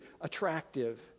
attractive